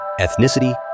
ethnicity